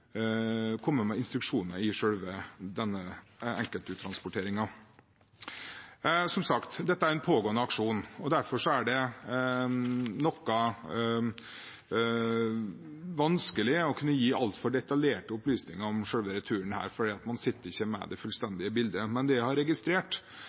med instruksjoner i denne enkeltuttransporteringen. Dette er som sagt en pågående aksjon, og derfor er det noe vanskelig å kunne gi altfor detaljerte opplysninger om selve returen, for man sitter ikke med det